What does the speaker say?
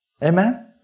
Amen